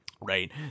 Right